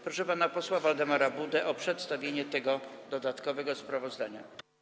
Proszę pana posła Waldemara Budę o przedstawienie dodatkowego sprawozdania.